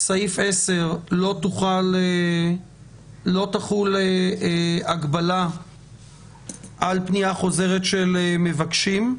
סעיף 10, לא תחול הגבלה על פניה חוזרת של מבקשים.